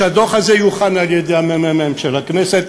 שהדוח הזה יוכן על-ידי מרכז המחקר והמידע של הכנסת,